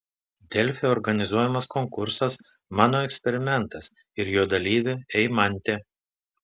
delfi organizuojamas konkursas mano eksperimentas ir jo dalyvė eimantė